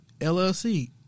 LLC